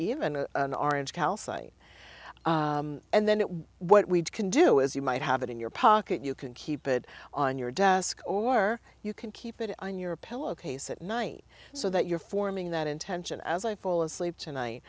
even orange calcite and then what we can do is you might have it in your pocket you can keep it on your desk or you can keep it on your pillow case at night so that you're forming that intention as i fall asleep